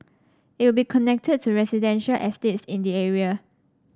it will be connected to residential estates in the area